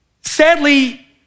sadly